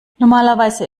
normalerweise